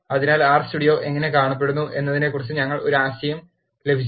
അതിനാൽ R studio എങ്ങനെ കാണപ്പെടുന്നു എന്നതിനെക്കുറിച്ച് ഞങ്ങൾക്ക് ഒരു ആശയം ലഭിച്ചു